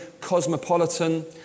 cosmopolitan